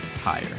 higher